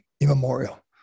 immemorial